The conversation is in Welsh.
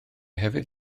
hefyd